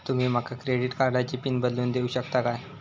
तुमी माका क्रेडिट कार्डची पिन बदलून देऊक शकता काय?